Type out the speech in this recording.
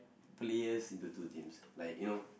players into two teams like you know